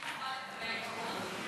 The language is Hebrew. האם נוכל לקבל תשובות?